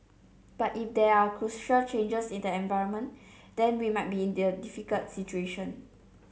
but if there are crucial changes in the environment then we might be in there difficult situation